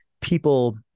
people